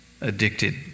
addicted